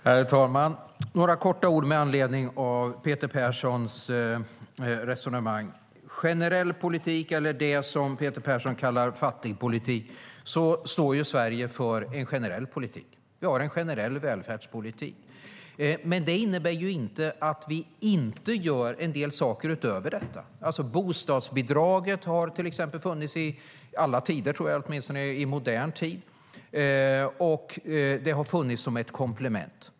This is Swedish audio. Herr talman! Jag ska säga några korta ord med anledning av Peter Perssons resonemang. I fråga om generell politik eller det som Peter Persson kallar fattigpolitik står Sverige för en generell politik. Vi har en generell välfärdspolitik. Men det innebär inte att vi inte gör en del saker utöver detta. Bostadsbidraget har till exempel funnits i alla tider, åtminstone i modern tid, och det har funnits som ett komplement.